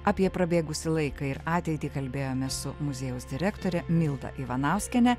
apie prabėgusį laiką ir ateitį kalbėjomės su muziejaus direktore milda ivanauskiene